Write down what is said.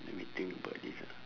let me think about this ah